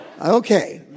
Okay